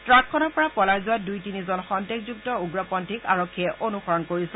ট্ৰাকখনৰ পৰা পলাই যোৱা দুই তিনিজন সন্দেহযুক্ত উগ্ৰপন্থীক আৰক্ষীয়ে অনুসৰণ কৰিছে